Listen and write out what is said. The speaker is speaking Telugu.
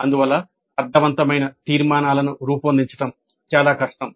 అందువల్ల అర్ధవంతమైన తీర్మానాలను రూపొందించడం చాలా కష్టం